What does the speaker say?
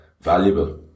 valuable